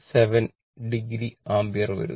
7o ampere വരുന്നു